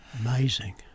Amazing